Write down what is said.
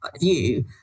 view